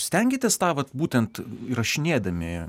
stengiatės tą vat būtent įrašinėdami